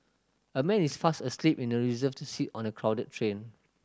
a man is fast asleep in a reserved seat on a crowded train